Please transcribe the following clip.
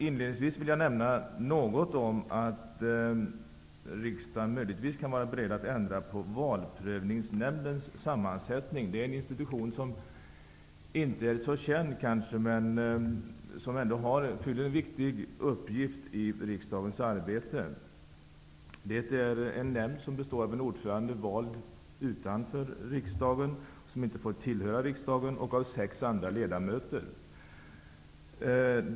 Inledningsvis vill jag nämna något om att riksdagen möjligtvis kan vara beredd att ändra på valprövningsnämndens sammansättning. Det är en institution som kanske inte är så känd men som ändå fyller en viktig uppgift i riksdagens arbete. Det är en nämnd som består av en ordförande, som är vald utanför riksdagen och som inte får tillhöra tiksdagen, och av sex andra ledamöter.